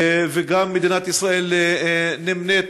שגם מדינת ישראל נמנית